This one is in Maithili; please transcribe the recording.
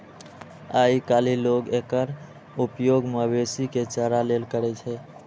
आइकाल्हि लोग एकर उपयोग मवेशी के चारा लेल करै छै